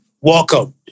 Welcome